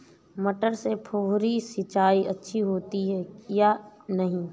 मटर में फुहरी सिंचाई अच्छी होती है या नहीं?